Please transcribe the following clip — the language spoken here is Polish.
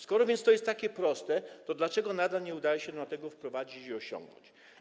Skoro więc jest to takie proste, to dlaczego nadal nie udaje się nam tego wprowadzić i osiągnąć?